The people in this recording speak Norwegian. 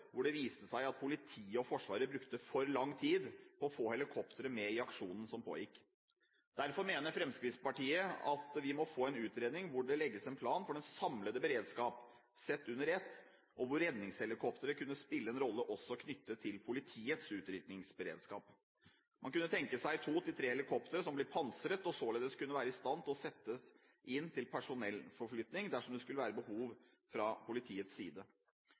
hvor det viste seg at politiet og Forsvaret brukte for lang tid på å få helikoptre med i aksjonen som pågikk. Derfor mener Fremskrittspartiet at vi må få en utredning hvor det legges en plan for den samlede beredskap sett under ett, og hvor redningshelikoptre kunne spille en rolle også knyttet til politiets utrykningsberedskap. Man kunne tenke seg at to til tre helikoptre blir pansret og således kunne være i stand til å settes inn til personellforflytning dersom det skulle være behov fra politiets side.